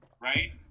right